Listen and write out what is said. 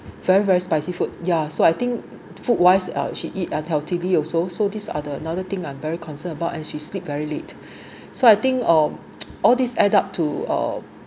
very very spicy food yeah so I think food wise uh she eat unhealthy also so these are the another thing I'm very concerned about and she sleep very late so I think uh all these add up to uh